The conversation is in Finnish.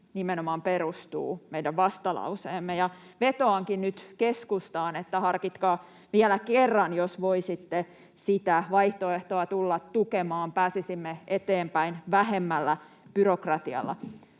nimenomaan perustuu meidän vastalauseemme. Vetoankin nyt keskustaan, että harkitkaa vielä kerran, jos voisitte sitä vaihtoehtoa tulla tukemaan. Pääsisimme eteenpäin vähemmällä byrokratialla.